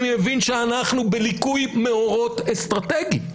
אני מבין שאנחנו בליקוי מאורות אסטרטגי.